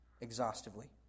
exhaustively